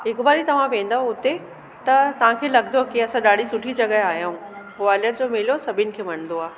हिकु बारी तव्हां वेंदो हुते त तव्हांखे लॻंदो की असां ॾाढी सुठी जॻह आया आहियूं ग्वालियर जो मेलो सभिनि खे वणंदो आहे